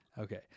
Okay